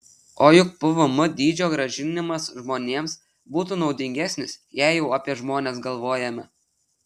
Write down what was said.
o juk pvm dydžio grąžinimas žmonėms būtų naudingesnis jei jau apie žmones galvojame